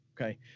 Okay